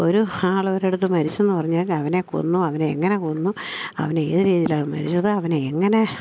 ഒരു ആൾ അവരെ അടുത്ത് മരിച്ചെന്ന് പറഞ്ഞാൽ അവനെ കൊന്നു അവനെ എങ്ങനെ കൊന്നു അവൻ ഏത് രീതിയിലാണ് മരിച്ചത് അവൻ എങ്ങനെ